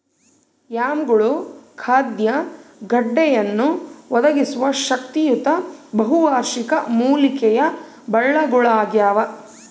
ಯಾಮ್ಗಳು ಖಾದ್ಯ ಗೆಡ್ಡೆಯನ್ನು ಒದಗಿಸುವ ಶಕ್ತಿಯುತ ಬಹುವಾರ್ಷಿಕ ಮೂಲಿಕೆಯ ಬಳ್ಳಗುಳಾಗ್ಯವ